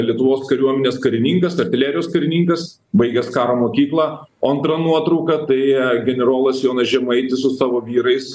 lietuvos kariuomenės karininkas artilerijos karininkas baigęs karo mokyklą o antra nuotrauka tai generolas jonas žemaitis su savo vyrais